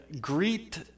greet